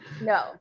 No